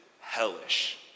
hellish